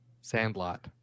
Sandlot